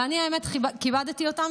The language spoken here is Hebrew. והאמת היא שכיבדתי אותם,